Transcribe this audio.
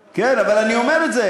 כן, אבל אני אומר את זה.